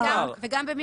וגם במי הוא יטפל.